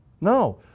No